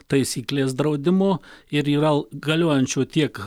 taisyklės draudimo ir yral galiojančių tiek